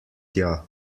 tja